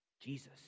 Jesus